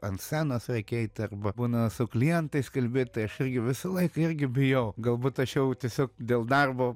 ant scenos reikia eiti arba būna su klientais kalbėt tai aš irgi visą laiką irgi bijau galbūt aš jau tiesiog dėl darbo